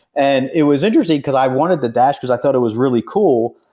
and it was interesting, because i wanted the dash because i thought it was really cool,